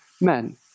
men